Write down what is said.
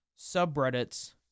subreddits